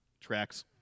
tracks